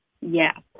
yes